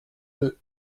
deux